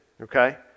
okay